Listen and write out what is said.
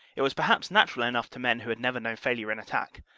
it was perhaps natural enough to men who had never known failure in attack,